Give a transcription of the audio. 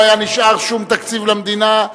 לא היה נשאר שום תקציב למדינה,